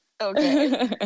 Okay